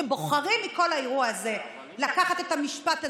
שבוחרים מכל האירוע הזה לקחת את המשפט הזה,